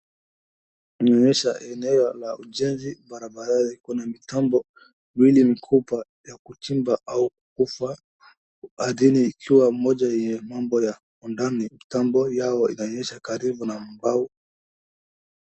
Inaonyesha ujenzi barabarani iko na mitambo miwili mikubwa ya kuchimba au kufaa hadhili ikiwa moja ni mambo ya undani mitambo ya inaonyesha karibu umbao.